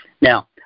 Now